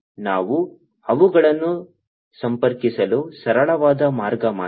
ನಾವು ಅವುಗಳನ್ನು ಸಂಪರ್ಕಿಸಲು ಸರಳವಾದ ಮಾರ್ಗ ಮಾತ್ರ